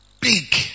big